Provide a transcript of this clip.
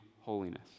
holiness